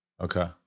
Okay